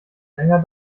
länger